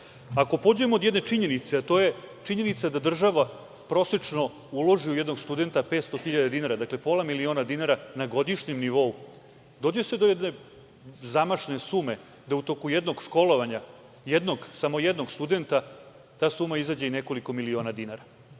Ako pođemo od jedne činjenice, a to je činjenica da država prosečno uloži u jednog studenta 500 hiljada dinara, dakle pola miliona dinara na godišnjem nivou, dođe se do jedne zamašne sume da u toku jednog školovanja samo jednog studenta ta suma izađe i nekoliko miliona dinara. Dakle,